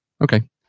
Okay